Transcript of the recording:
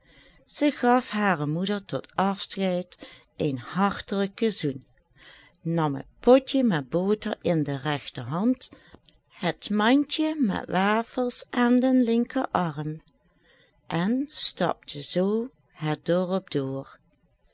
ze gaf hare moeder tot afscheid een hartelijken zoen nam het potje met boter in de regterhand het mandje met wafels aan den linkerarm en stapte zoo het dorp door